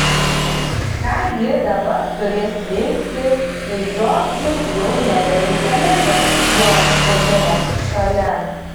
ką ji dabar turės veikti kai džordžui jau nebereikalingas jos buvimas šalia